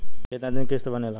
कितना दिन किस्त बनेला?